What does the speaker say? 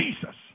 Jesus